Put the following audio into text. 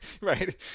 Right